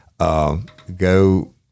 Go